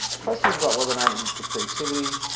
questions about whether or not it leads to creativity.